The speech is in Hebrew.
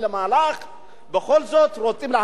בכל זאת רוצים להקל על האוכלוסיות האלה.